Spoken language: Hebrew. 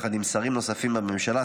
יחד עם שרים נוספים בממשלה,